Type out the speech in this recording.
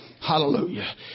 Hallelujah